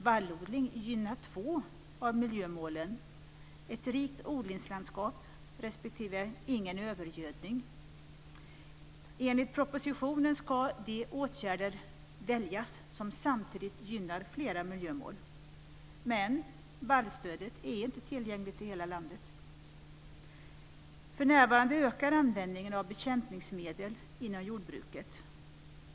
Vallodling gynnar två av miljömålen: ett rikt odlingslandskap och ingen övergödning. Enligt propositionen ska de åtgärder väljas som samtidigt gynnar flera miljömål. Men vallstödet är inte tillgängligt i hela landet. För närvarande ökar användningen av bekämpningsmedel inom jordbruket.